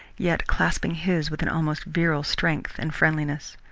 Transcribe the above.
yet clasping his with an almost virile strength and friendliness.